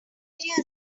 interior